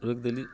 रोकि देली